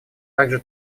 также